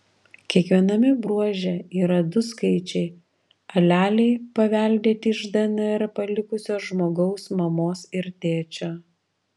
kiekviename bruože yra du skaičiai aleliai paveldėti iš dnr palikusio žmogaus mamos ir tėčio